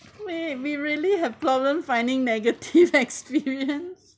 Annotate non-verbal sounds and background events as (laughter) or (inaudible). wait we really have problem finding negative (laughs) experience